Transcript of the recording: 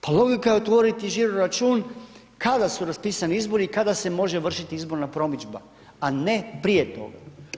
Pa logika je otvoriti žiro račun kada su raspisani izbori i kada se može vršiti izborna promidžba, a ne prije toga.